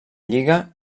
lliga